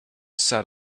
sat